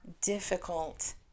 difficult